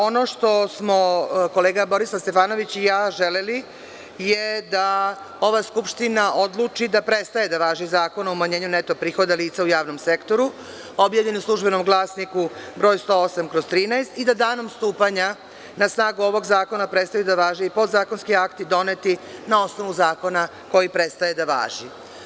Ono što smo kolega Borislav Stefanović i ja želeli jeste da ova Skupština odluči da prestaje da važi Zakon o umanjenju neto prihoda lica u javnom sektoru, objavljen u „Službenom glasniku“ br. 108/13 i da danom stupanja na snagu ovog zakona prestaju da važe i podzakonski akti doneti na osnovu zakona koji prestaje da važi.